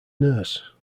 nurse